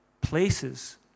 places